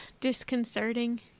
disconcerting